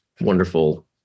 wonderful